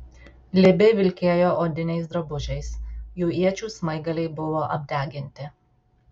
libiai vilkėjo odiniais drabužiais jų iečių smaigaliai buvo apdeginti